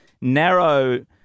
narrow